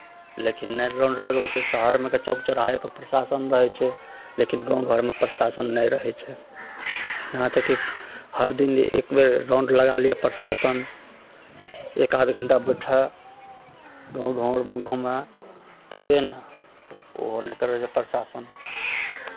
लेकिन नहि राउंड लगबै छै शहरमे तऽ चौक चौराहेपर प्रशासन रहै छै लेकिन गाँव घरमे प्रशासन नहि रहै छै यहाँ तक कि हर दिन जे एक बेर राउंड लगा लिए प्रशासन एक आध घण्टा बैठह गाँव घरमे घूमह तबे ने ओहो नहि करै छै प्रशासन